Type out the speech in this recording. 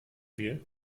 wir